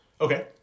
Okay